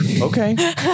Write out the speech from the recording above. okay